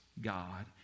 God